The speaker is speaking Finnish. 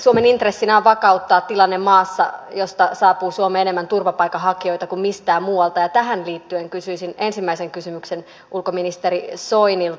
suomen intressinä on vakauttaa tilanne maassa josta saapuu suomeen enemmän turvapaikanhakijoita kuin mistään muualta ja tähän liittyen kysyisin ensimmäisen kysymyksen ulkoministeri soinilta